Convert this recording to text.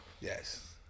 Yes